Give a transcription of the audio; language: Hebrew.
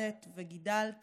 שילדת וגידלת